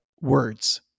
words